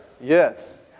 Yes